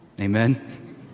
Amen